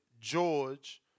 George